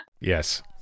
Yes